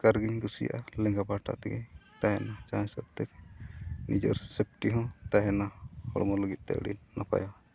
ᱠᱟᱨ ᱜᱤᱧ ᱠᱩᱥᱤᱭᱟᱜᱼᱟ ᱞᱮᱸᱜᱟ ᱯᱟᱦᱴᱟ ᱛᱮᱜᱮ ᱛᱟᱦᱮᱱᱟ ᱡᱟᱦᱟᱸ ᱦᱤᱥᱟᱹᱵ ᱛᱮᱜᱮ ᱱᱤᱡᱮᱨ ᱥᱮᱯᱴᱤ ᱦᱚᱸ ᱛᱟᱦᱮᱱᱟ ᱦᱚᱲᱢᱚ ᱞᱟᱹᱜᱤᱫ ᱛᱮ ᱟᱹᱰᱤ ᱱᱟᱯᱟᱭᱟ